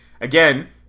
again